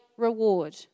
reward